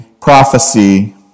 prophecy